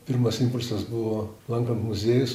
pirmas impulsas buvo lankant muziejus